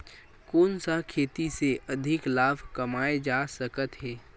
कोन सा खेती से अधिक लाभ कमाय जा सकत हे?